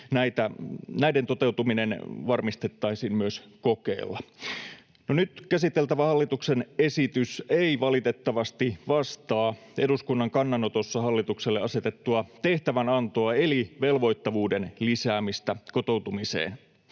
Näiden toteutuminen varmistettaisiin myös kokeella. No nyt käsiteltävä hallituksen esitys ei valitettavasti vastaa eduskunnan kannanotossa hallitukselle asetettua tehtävänantoa eli velvoittavuuden lisäämistä kotoutumiseen.